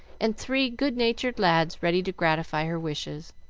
and three good-natured lads ready to gratify her wishes.